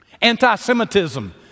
Anti-Semitism